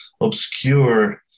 obscure